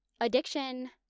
Addiction